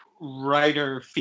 writer